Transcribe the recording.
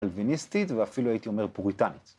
קאלוויניסטית ואפילו הייתי אומר פוריטנית.